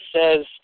says